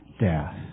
death